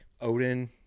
Odin